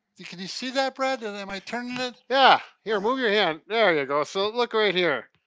can you see that brad? and am i turning it? yeah! here, move your hand, there you go. so look right here.